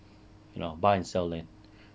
you know buy and sell land